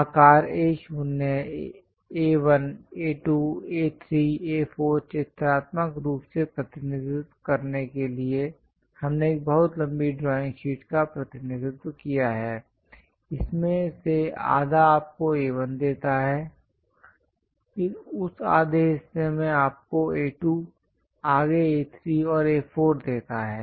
आकार A0 A1 A2 A3 A4 चित्रात्मक रूप से प्रतिनिधित्व करने के लिए हमने एक बहुत लंबी ड्राइंग शीट का प्रतिनिधित्व किया है इसमें से आधा आपको A1 देता है उस आधे हिस्से में आपको A2 आगे A3 और A4 देता है